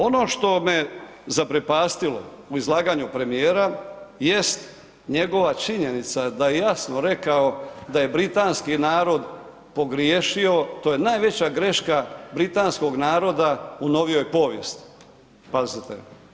Ono što me zaprepastilo u izlaganju premijera jest njegova činjenica da je jasno rekao da je britanski narod pogriješio, to je najveća greška britanskog naroda u novijoj povijesti, pazite.